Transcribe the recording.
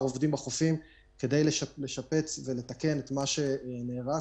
בחופים כדי לשפץ ולתקן את מה שנהרס.